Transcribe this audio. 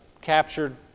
captured